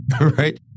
right